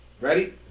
Ready